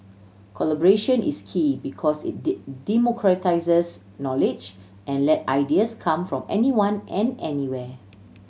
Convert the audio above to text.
collaboration is key because it democratises knowledge and let ideas come from anyone and anywhere